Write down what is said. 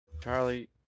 Charlie